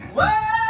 Whoa